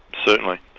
certainly.